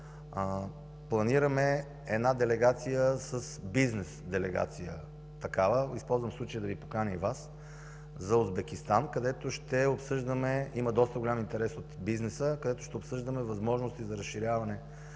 планираме една бизнес делегация. Използвам случая да Ви поканя и Вас за Узбекистан, има доста голям интерес от бизнеса, където ще обсъждаме възможности за разширяване